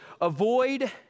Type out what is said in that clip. Avoid